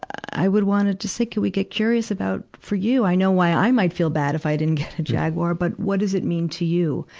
i would wanna just say, could we get curious about, for you, i know why i might feel bad if i didn't get a jaguar. but what does it mean to you?